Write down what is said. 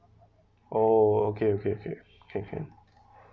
orh okay okay okay can can